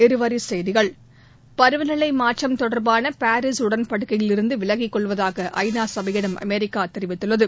இருவரி செய்திகள் பருவநிலை மாற்றம் தொடர்பான பாரீஸ் உடன்படிக்கையிலிருந்து விலகி கொள்வதாக ஐ நா சபையிடம் அமெரிக்கா தெரிவித்துள்ளது